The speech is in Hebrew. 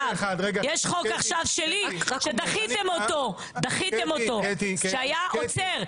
יש חוק עכשיו שלי שדחיתם אותו שהיה עוצר.